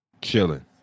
chilling